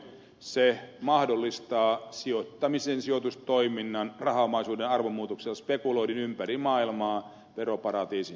se mahdollistaa sijoittamisen sijoitustoiminnan rahaomaisuuden arvonmuutoksella spekuloinnin ympäri maailmaa veroparatiisin suojissa